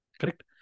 Correct